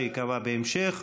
שייקבע בהמשך,